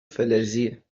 فلزیه